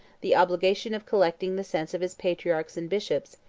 the obligation of collecting the sense of his patriarchs and bishops,